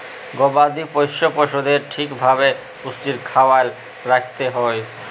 গবাদি পশ্য পশুদের ঠিক ভাবে পুষ্টির খ্যায়াল রাইখতে হ্যয়